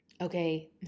okay